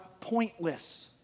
pointless